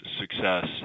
success